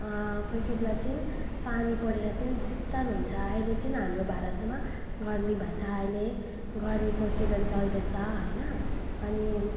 कोही कोही बेला चाहिँ पानी परेर चाहिँ शीतल हुन्छ अहिले चाहिँ हाम्रो भारतमा गर्मी भएको छ अहिले गर्मीको सिजन चल्दैछ होइन अनि